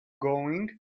going